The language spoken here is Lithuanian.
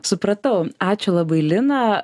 supratau ačiū labai lina